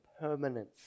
permanence